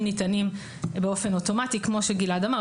ניתנים באופן אוטומטי כמו שגלעד אמר,